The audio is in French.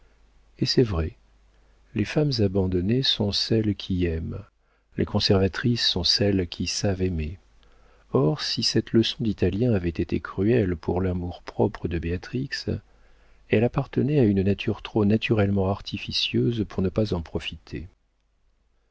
et c'est vrai les femmes abandonnées sont celles qui aiment les conservatrices sont celles qui savent aimer or si cette leçon d'italien avait été cruelle pour l'amour-propre de béatrix elle appartenait à une nature trop naturellement artificieuse pour ne pas en profiter